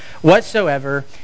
whatsoever